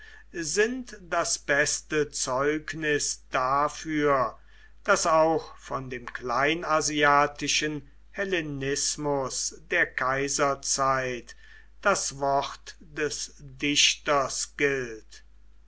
sind das beste zeugnis dafür daß auch von dem kleinasiatischen hellenismus der kaiserzeit das wort des dichters gilt